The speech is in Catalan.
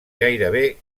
gairebé